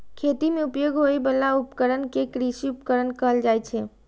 खेती मे उपयोग होइ बला उपकरण कें कृषि उपकरण कहल जाइ छै